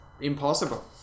impossible